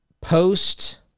post –